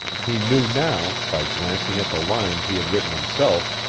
he knew now, by glancing at the lines he had written himself,